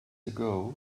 ago